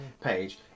page